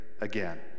again